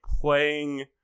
playing